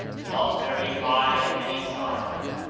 not very high on any side.